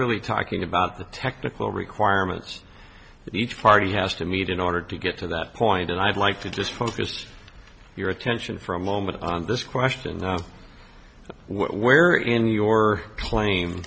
really talking about the technical requirements that each party has to meet in order to get to that point and i'd like to just focus your attention for a moment on this question where in your claim